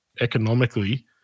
economically